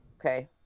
Okay